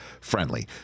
friendly